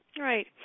Right